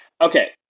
Okay